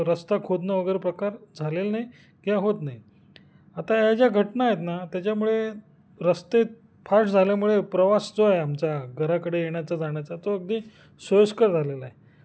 रस्ता खोदणं वगैरे प्रकार झालेला नाही किवा होत नाही आता या ज्या घटना आहेत ना त्याच्यामुळे रस्ते फास्ट झाल्यामुळे प्रवास जो आहे आमचा घराकडे येण्याचा जाण्याचा तो अगदी सोयिस्कर झालेला आहे